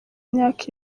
myaka